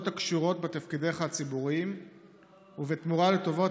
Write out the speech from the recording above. פעולות הקשורות בתפקידיך הציבוריים ובתמורה לטובות